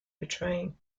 portraying